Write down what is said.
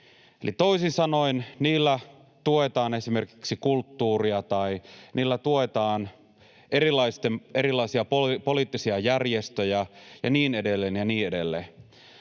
Eli toisin sanoen niillä tuetaan esimerkiksi kulttuuria tai niillä tuetaan erilaisia poliittisia järjestöjä, ja niin edelleen ja niin edelleen.